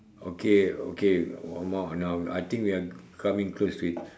okay okay one more now I think we are coming close to it